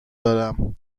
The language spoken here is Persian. دارم